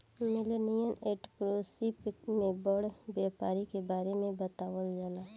millennial entrepreneurship में बड़ व्यापारी के बारे में बतावल जाला